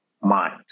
mind